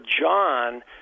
John